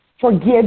Forgive